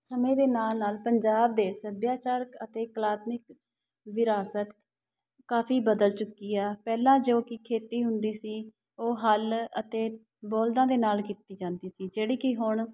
ਸਮੇਂ ਦੇ ਨਾਲ ਨਾਲ ਪੰਜਾਬ ਦੇ ਸੱਭਿਆਚਾਰਕ ਅਤੇ ਕਲਾਤਮਿਕ ਵਿਰਾਸਤ ਕਾਫੀ ਬਦਲ ਚੁੱਕੀ ਆ ਪਹਿਲਾਂ ਜੋ ਕਿ ਖੇਤੀ ਹੁੰਦੀ ਸੀ ਉਹ ਹੱਲ ਅਤੇ ਬਲਦਾਂ ਦੇ ਨਾਲ ਕੀਤੀ ਜਾਂਦੀ ਸੀ ਜਿਹੜੀ ਕਿ ਹੁਣ